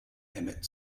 emmett